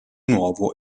nuovo